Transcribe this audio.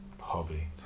hobby